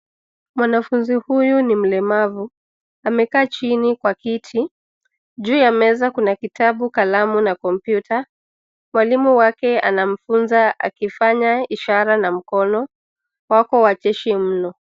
Mwanafunzi huyu ni mlemavu, amekaa chini kwa kiti, juu ya meza kuna kitabu, kalamu na kompyuta. Mwalimu wake anamfunza akifanya ishara na mkono, wako wacheshi mno.